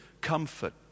comfort